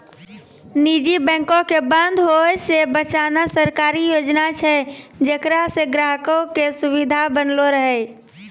निजी बैंको के बंद होय से बचाना सरकारी योजना छै जेकरा से ग्राहको के सुविधा बनलो रहै